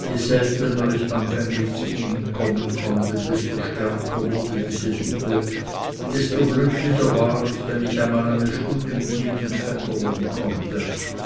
je seltener ich anfänglich zu ihnen kommen konnte desto stärker wurde diese liebe desto glücklicher war ich wenn ich einmal eine stunde mit ihnen g'vätterlen konnte